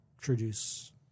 introduce